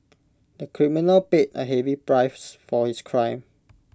the criminal paid A heavy price for his crime